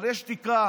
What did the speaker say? אבל יש תקרה.